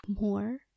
more